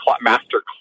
master